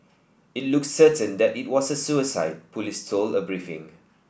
it looks certain that it was a suicide police told a briefing